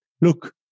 look